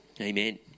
Amen